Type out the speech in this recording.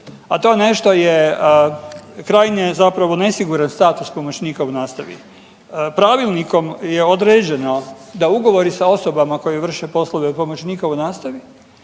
a to nešto je krajnje zapravo nesiguran status pomoćnika u nastavi. Pravilnikom je određeno da ugovori sa osobama koji vrše poslove pomoćnika u nastavi